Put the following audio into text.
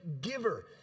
giver